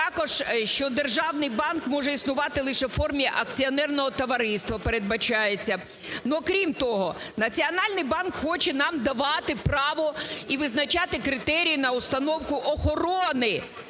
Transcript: державний банк може існувати лише у формі акціонерного товариства, передбачається. Але крім того, Національний банк хоче нам давати право і визначати критерії на установку охорони